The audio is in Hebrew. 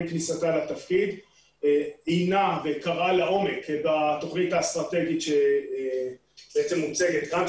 עם כניסתה לתפקיד עיינה וקראה לעומק את התוכנית האסטרטגית שמוצגת כאן,